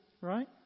right